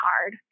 hard